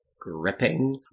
gripping